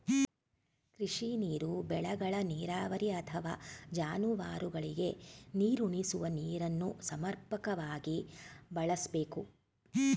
ಕೃಷಿ ನೀರು ಬೆಳೆಗಳ ನೀರಾವರಿ ಅಥವಾ ಜಾನುವಾರುಗಳಿಗೆ ನೀರುಣಿಸುವ ನೀರನ್ನು ಸಮರ್ಪಕವಾಗಿ ಬಳಸ್ಬೇಕು